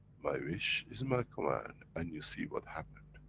my wish is my command, and you see what happened.